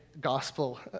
gospel